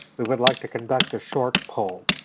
we would like to conduct a short poll.